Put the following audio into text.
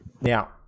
now